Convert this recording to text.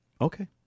Okay